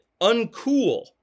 uncool